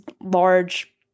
large